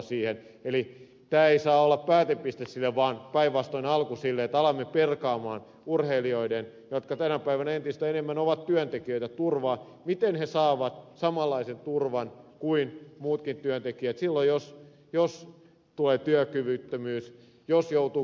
eli tämä ei saa olla siinä päätepiste vaan päinvastoin alku sille että alamme perata urheilijoiden turvaa jotka tänä päivänä entistä enemmän ovat työntekijöitä siinä miten he saavat samanlaisen turvan kuin muutkin työntekijät silloin jos tulee työkyvyttömyys jos joutuu kouluttautumaan uuteen työhön